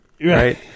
Right